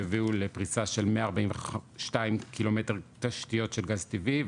שהביאו לפריסה של 142 ק"מ תשתיות של גז טבעי,